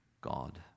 god